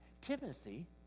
Timothy